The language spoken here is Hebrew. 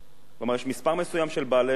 יש מספר מסוים של בעלי האופנועים,